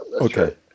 Okay